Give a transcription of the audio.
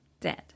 dead